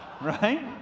Right